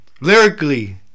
Lyrically